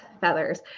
feathers